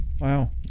wow